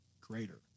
greater